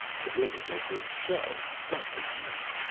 the wings are for show, not for use.